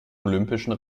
olympischen